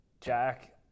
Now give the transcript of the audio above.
Jack